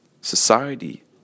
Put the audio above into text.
society